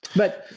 but,